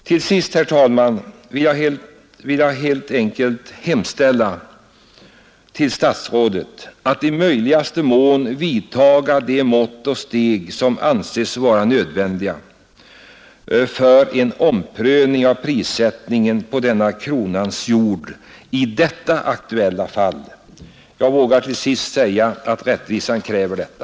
Till sist, herr talman, vill jag helt enkelt hemställa till statsrådet att i möjligaste mån vidta de mått och steg som anses vara nödvändiga för en omprövning av prissättningen på denna kronans jord i detta aktuella fall. Jag vågar till sist säga att rättvisan kräver detta.